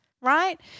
right